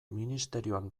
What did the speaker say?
ministerioan